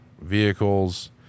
vehicles